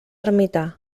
ermità